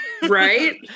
Right